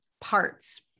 parts